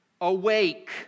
Awake